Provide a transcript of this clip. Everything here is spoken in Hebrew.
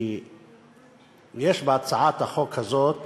כי יש בהצעת החוק הזאת